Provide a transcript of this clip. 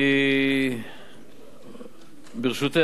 ברשותך,